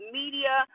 media